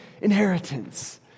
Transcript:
inheritance